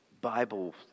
Bible